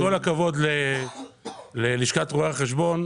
עם כל הכבוד ללשכת רואי החשבון,